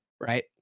Right